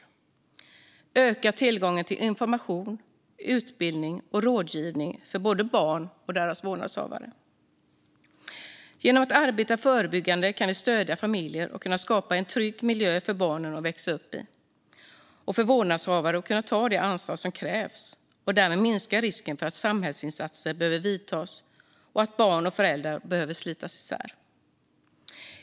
Vi behöver också öka tillgången till information, utbildning och rådgivning för både barn och deras vårdnadshavare. Genom att arbeta förebyggande kan vi stödja familjer i att skapa en trygg miljö för barnen att växa upp i och stödja vårdnadshavare att ta det ansvar som krävs och därmed minska risken för att samhällsinsatser behöver vidtas och att barn och föräldrar behöver slitas isär.